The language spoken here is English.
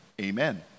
amen